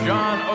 John